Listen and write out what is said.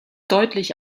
deutlich